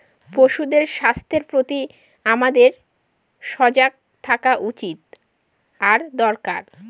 পশুদের স্বাস্থ্যের প্রতি আমাদের সজাগ থাকা উচিত আর দরকার